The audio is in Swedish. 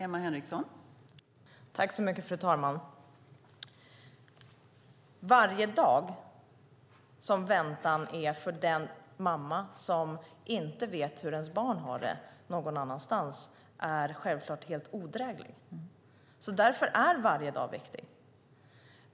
Fru talman! Varje dag av väntan för den mamma som inte vet hur hennes barn har det är självklart helt odräglig. Därför är varje dag viktig.